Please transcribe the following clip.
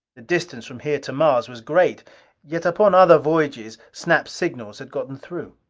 the distance from here to mars was great yet upon other voyages snap's signals had gotten through.